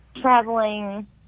traveling